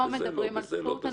זה לא וזה לא, אז בשביל מה?